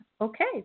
Okay